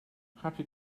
happy